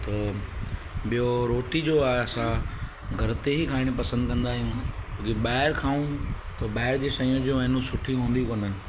त ॿियो रोटी जो आहे असां घर ते ई खाइण पसंद कंदा आहियूं जे ॿाहिरि खाऊं त ॿाहिरि जूं शयूं जो आहिनि ऊहे सुठियूं हूंदियूं ई कोन्हनि